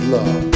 Love